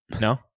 No